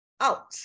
out